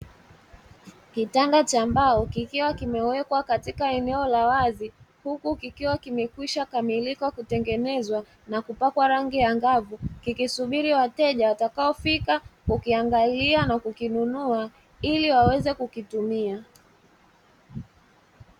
Kitanda cha mbao kikiwa kimewekwa katika eneo la wazi, huku kikiwa kimekwishakamilika kutengenezwa na kupakwa rangi angavu, kikisubiri wateja watakaofika kukiangalia na kukinunua ili waweze kukitumia.